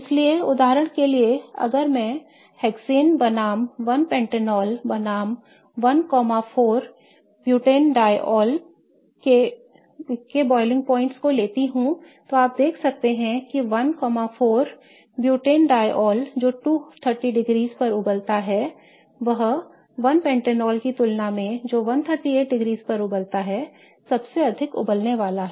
इसलिए उदाहरण के लिए अगर मैं हेक्सेन बनाम 1 पेंटेनॉल बनाम 14 ब्यूटेनियोल 14 butanediol के boiling points को लेता हूं तो आप देख सकते हैं कि 14 ब्यूटेनियोल जो 230 डिग्री पर उबलता है वह 1 पेंटेनॉल की तुलना में जो 138 डिग्री पर उबलता है सबसे अधिक उबालने वाला है